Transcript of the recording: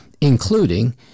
including